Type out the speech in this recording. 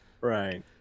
Right